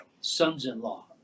sons-in-law